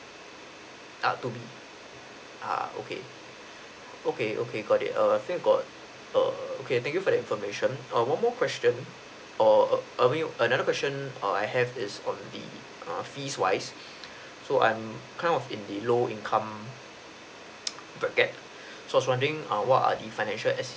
err two B uh okay okay okay got it err I think got err okay thank you for the information err one more question err I mean another question err I have is on the err fees wise so I'm kind of in the low income so I was wondering um what are the financial